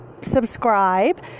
subscribe